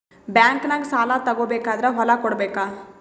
ಬ್ಯಾಂಕ್ನಾಗ ಸಾಲ ತಗೋ ಬೇಕಾದ್ರ್ ಹೊಲ ಕೊಡಬೇಕಾ?